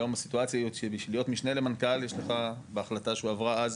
היום הסיטואציה היא שבשביל להיות משנה למנכ"ל יש לך בהחלטה שהועברה אז